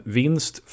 vinst